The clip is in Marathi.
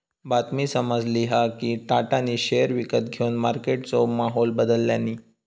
बातमी समाजली हा कि टाटानी शेयर विकत घेवन मार्केटचो माहोल बदलल्यांनी